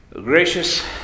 Gracious